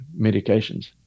medications